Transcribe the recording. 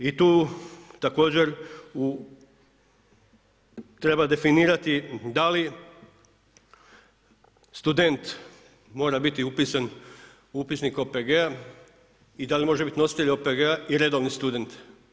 I tu također treba definirati da li student mora biti upisan u upisnik OPG-a i da li može biti nositelj OPG-a i redovni student.